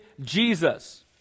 Jesus